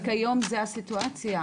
אבל כיום זו הסיטואציה,